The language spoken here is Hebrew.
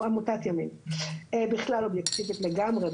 עמותת ימין בכלל אובייקטיבית לגמרי,